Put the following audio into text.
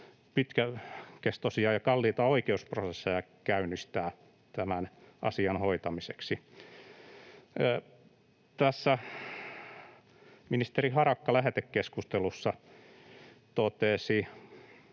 pitkäkestoisia ja kalliita oikeusprosesseja käynnistää tämän asian hoitamiseksi. Ministeri Harakka lähetekeskustelussa totesi: